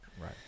Right